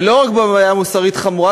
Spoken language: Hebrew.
ולא רק בעיה מוסרית חמורה,